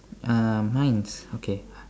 uh mine's okay